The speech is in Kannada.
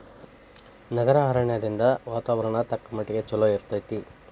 ನಗರ ಅರಣ್ಯದಿಂದ ವಾತಾವರಣ ತಕ್ಕಮಟ್ಟಿಗೆ ಚಲೋ ಇರ್ತೈತಿ